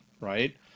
right